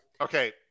okay